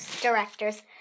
directors